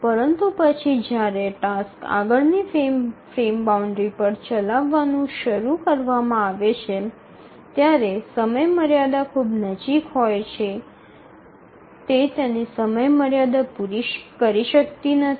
પરંતુ પછી જ્યારે ટાસ્ક આગળની ફ્રેમ બાઉન્ડ્રી પર ચલાવવાનું શરૂ કરવામાં આવે છે ત્યારે સમયમર્યાદા ખૂબ નજીક હોય છે તે તેની સમયમર્યાદા પૂરી કરી શકતી નથી